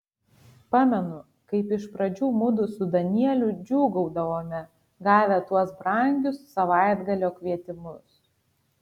pamenu kaip iš pradžių mudu su danieliu džiūgaudavome gavę tuos brangius savaitgalio kvietimus